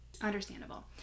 understandable